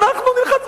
אנחנו נלחץ?